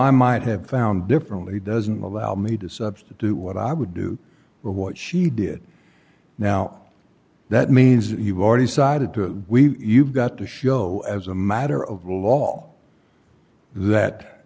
i might have found differently doesn't allow me to substitute what i would do or what she did now that means you've already cited to we you've got to show as a matter of law that